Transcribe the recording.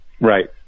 Right